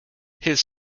his